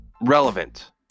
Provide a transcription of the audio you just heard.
relevant